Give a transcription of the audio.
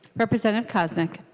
representative koznick